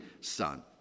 son